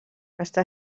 està